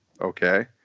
Okay